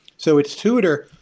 so it's tutor,